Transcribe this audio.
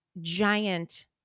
giant